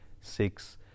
six